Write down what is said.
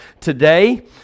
today